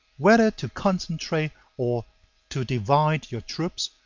whether to concentrate or to divide your troops,